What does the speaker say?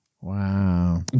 Wow